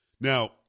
Now